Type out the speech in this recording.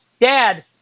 dad